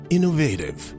Innovative